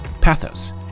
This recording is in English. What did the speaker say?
Pathos